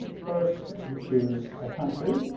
first you choose a country.